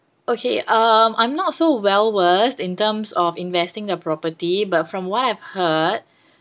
okay um I'm not so well versed in terms of investing a property but from what I've heard